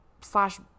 slash